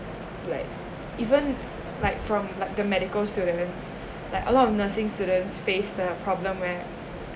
like even like for from like the medical students like a lot of nursing students face the problem where